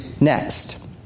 next